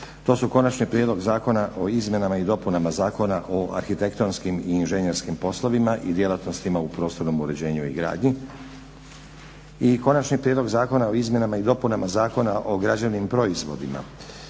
To su - Konačni prijedlog zakona o izmjenama i dopunama Zakona o arhitektonskim i inženjerskim poslovima i djelatnostima u prostornom uređenju i gradnji, hitni postupak, prvo i drugo čitanje, PZE br. 271 - Konačni prijedlog zakona o izmjenama i dopunama Zakona o građevnim proizvodima,